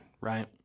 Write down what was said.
right